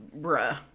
Bruh